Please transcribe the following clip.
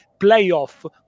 playoff